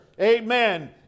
amen